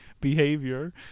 behavior